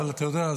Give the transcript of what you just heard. אבל אתה יודע,